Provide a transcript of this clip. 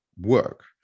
work